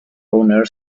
owner